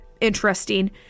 interesting